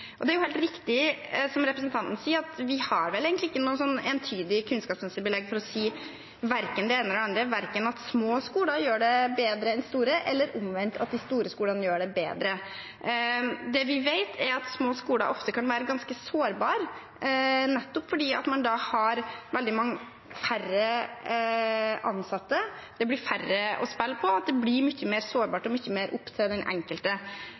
Det er helt riktig som representanten sier, at vi har vel egentlig ikke noe entydig kunnskapsmessig belegg for å si verken det ene eller andre, verken at små skoler gjør det bedre enn store, eller omvendt, at de store skolene gjør det bedre. Det vi vet, er at små skoler ofte kan være ganske sårbare, nettopp fordi man da har veldig mange færre ansatte, det blir færre å spille på, det blir mye mer sårbart og mye mer opp til den enkelte.